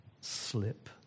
slip